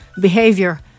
behavior